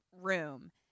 room